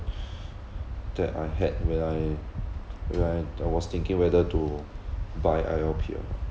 that I had when I when I I was thinking whether to buy I_L_P or not